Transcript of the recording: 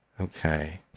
Okay